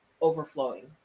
overflowing